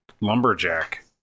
lumberjack